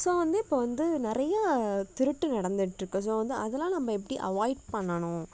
so வந்து இப்போ வந்து நிறையா திருட்டு நடந்துகிட்ருக்குது ஸோ வந்து அதெலாம் நம்ம எப்படி அவாய்ட் பண்ணணும்